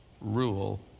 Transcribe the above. rule